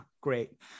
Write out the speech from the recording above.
great